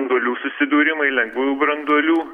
branduolių susidūrimai lengvųjų branduolių